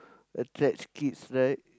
attracts kids right